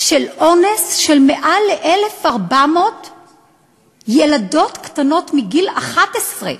של אונס של יותר מ-1,400 ילדות קטנות מגיל 11,